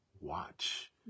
watch